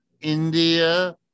India